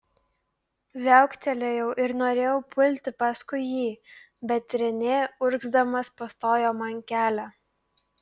viauktelėjau ir norėjau pulti paskui jį bet renė urgzdamas pastojo man kelią